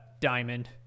diamond